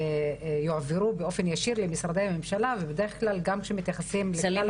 יועברו באופן ישיר למשרדי הממשלה ובדרך כלל גם כשמתייחסים --- סלימה,